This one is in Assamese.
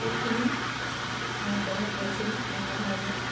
বহুতখিনি আমাৰ প্ৰভাৱ পৰিছিল পুৰণা